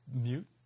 mute